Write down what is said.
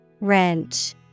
Wrench